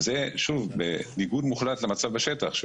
וזה בניגוד מוחלט למצב בשטח,